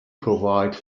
provide